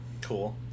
Cool